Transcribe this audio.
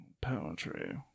poetry